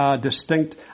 distinct